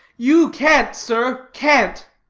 you can't, sir, can't.